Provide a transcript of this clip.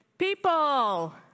People